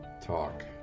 talk